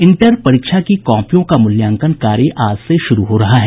inter परीक्षा की कॉपियों का मूल्यांकन कार्य आज से शुरू हो रहा है